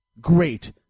Great